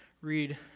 read